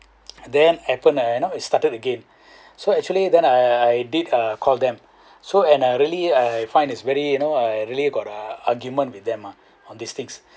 then happen you know it started again so actually then I I did uh call them so and I really I find it's very you know I really got uh argument with them ah on these things